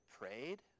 prayed